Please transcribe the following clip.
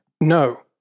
No